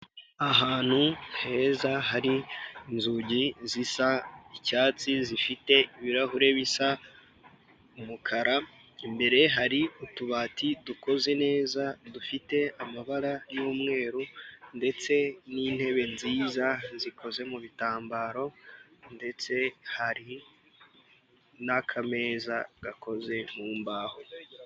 Ahantu heza hari inzugi zisa icyatsi zifite ibirahure bisa umukara, imbere hari utubati dukoze neza dufite amabara y'umweru ndetse n'intebe nziza zikoze mu bitambaro ndetse hari n'akameza gakoze mu mbaho.